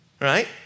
right